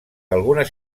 algunes